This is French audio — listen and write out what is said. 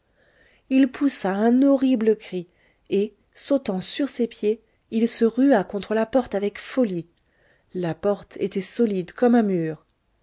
il poussa un horrible cri et sautant sur ses pieds il se rua contre la porte avec folie la porte était solide comme un mur